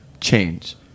change